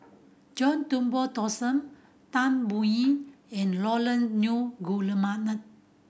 John Turnbull Thomson Tan Biyun and Nunn